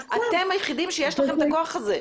אתם היחידים שיש לכם את הכוח הזה.